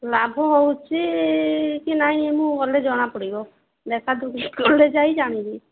ଲାଭ ହେଉଛି କି ନାଇଁ ମୁଁ ଗଲେ ଜଣା ପଡ଼ିବ ଦେେଖାଦେଖି କଲେ ଯାଇ ଜାଣିବି